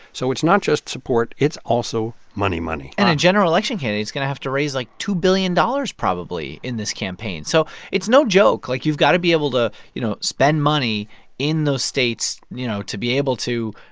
so it's not just support. it's also money money and a general election candidate's going to have to raise, like, two billion dollars, probably, in this campaign. so it's no joke. like, you've got to be able to, you know, spend money in those states, you know, to be able to,